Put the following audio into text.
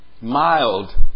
Mild